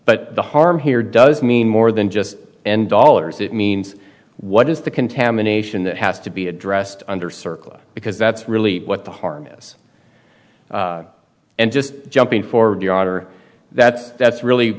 but the harm here does mean more than just an dollars it means what is the contamination that has to be addressed under circle because that's really what the harness and just jumping for the author that that's